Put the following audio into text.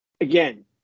again